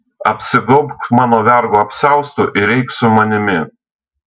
apsigaubk mano vergo apsiaustu ir eik su manimi